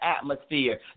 atmosphere